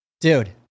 Dude